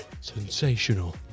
Sensational